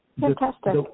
Fantastic